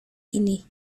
ini